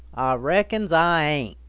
reckons i ain't,